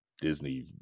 Disney